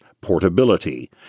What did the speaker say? portability